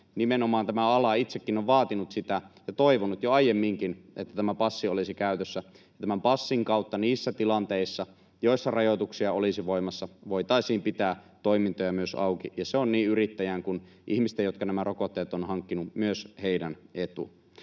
Nimenomaan tämä ala itsekin on vaatinut sitä ja toivonut jo aiemminkin, että tämä passi olisi käytössä. Tämän passin kautta niissä tilanteissa, joissa rajoituksia olisi voimassa, voitaisiin pitää toimintoja myös auki, ja se on niin yrittäjän kuin myös niiden ihmisten etu, jotka nämä rokotteet ovat hankkineet.